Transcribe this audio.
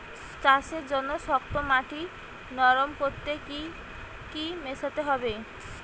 চাষের জন্য শক্ত মাটি নরম করতে কি কি মেশাতে হবে?